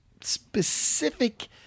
specific